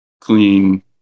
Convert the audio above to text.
clean